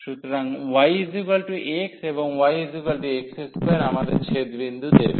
সুতরাং yx এবং yx2 আমাদের ছেদ বিন্দু দেবে